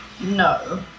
No